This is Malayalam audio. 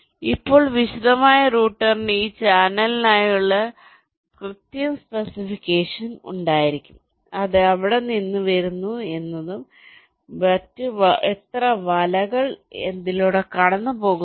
അതിനാൽ ഇപ്പോൾ വിശദമായ റൂട്ടറിന് ഈ ചാനലിനായുള്ള കൃത്യമായ സ്പെസിഫിക്കേഷൻ ഉണ്ടായിരിക്കും അത് എവിടെ നിന്ന് വരുന്നു എന്നതും മറ്റും എത്ര വലകൾ അതിലൂടെ കടന്നുപോകുന്നു